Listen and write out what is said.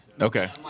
okay